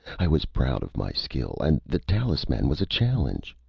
i was proud of my skill. and the talisman was a challenge.